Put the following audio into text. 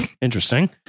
Interesting